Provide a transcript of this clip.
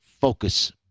focus